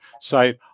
site